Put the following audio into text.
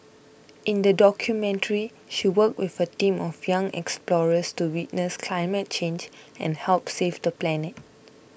in the documentary she worked with a team of young explorers to witness climate change and help save the planet